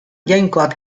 jainkoak